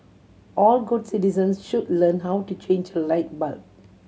all good citizens should learn how to change a light bulb